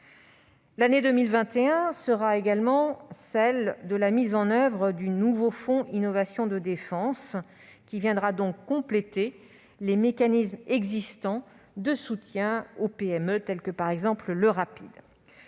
L'année 2021 sera également celle de la mise en oeuvre du nouveau Fonds Innovation défense, qui viendra compléter les mécanismes existants de soutien aux PME, tels que le dispositif Rapid.